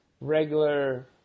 regular